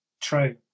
True